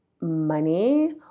money